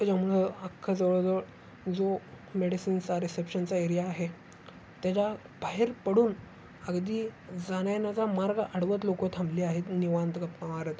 त्याच्यामुळं अख्खा जवळजवळ जो मेडिसिनचा रिसेप्शनचा एरिया आहे त्याच्या बाहेर पडून अगदी जाण्यायेण्याचा मार्ग अडवत लोक थांबले आहेत निवांत गप्पा मारत